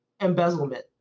Embezzlement